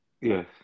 Yes